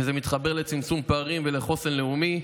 וזה מתחבר לצמצום פערים ולחוסן לאומי.